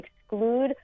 exclude